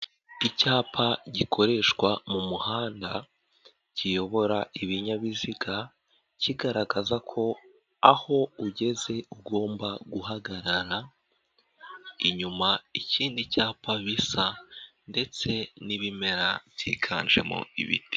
Icyapa gikoreshwa mu muhanda kiyobora ibinyabiziga kigaragaza ko aho ugeze ugomba guhagarara, inyuma ikindi cyapa bisa ndetse n'ibimera byiganjemo ibiti.